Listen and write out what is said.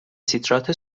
سیترات